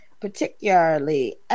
particularly